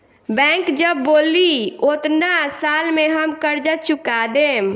bank जब बोली ओतना साल में हम कर्जा चूका देम